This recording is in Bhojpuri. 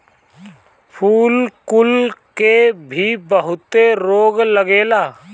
फूल कुल के भी बहुते रोग लागेला